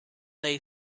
lay